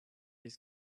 his